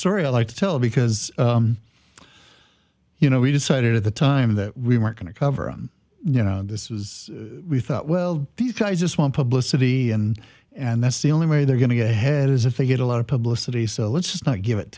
story i like to tell because you know we decided at the time that we weren't going to cover and you know this is we thought well these guys just want publicity and and that's the only way they're going to get ahead is if they get a lot of publicity so let's not give it